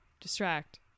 distract